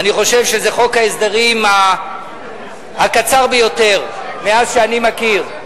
אני חושב שזה חוק ההסדרים הקצר ביותר מאז שאני מכיר.